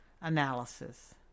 Analysis